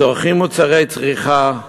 צורכים מוצרי צריכה,